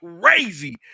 crazy